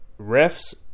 refs